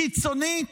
קיצונית?